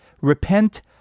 Repent